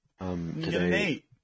Today